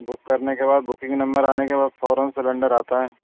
بک کرنے کے بعد بکنگ نمبر آنے کے بعد فوراً سلینڈر آتا ہے